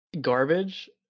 garbage